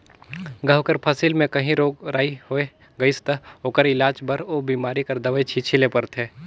गहूँ कर फसिल में काहीं रोग राई होए गइस ता ओकर इलाज बर ओ बेमारी कर दवई छींचे ले परथे